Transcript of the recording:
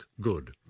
good